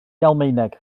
almaeneg